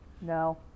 No